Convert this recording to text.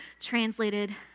translated